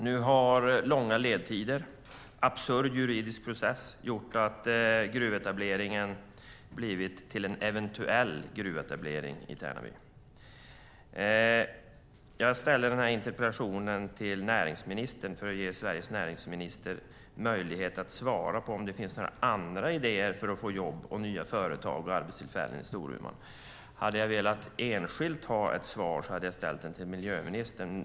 Nu har långa ledtider och en absurd juridisk process gjort att gruvetableringen blivit till en eventuell gruvetablering i Tärnaby. Jag ställde interpellationen till näringsministern för att ge Sveriges näringsminister möjlighet att svara på om det finns några andra idéer för att få jobb, nya företag och arbetstillfällen i Storuman. Hade jag velat enskilt ha ett svar hade jag ställt interpellationen till miljöministern.